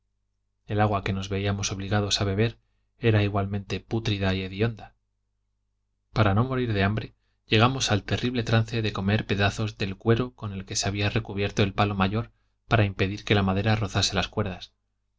el agua que nos veíamos obligados a beber era igualmente pútrida y hedionda para no morir de hambre llegamos al terrible trance de comer pedazos del cuero con que se había recubierto el palo mayor para impedir que la madera rozase las cuerdas